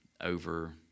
over